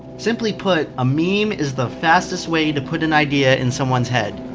simply put, a meme is the fastest way to put an idea in someone's head.